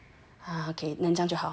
ah ok 这样就好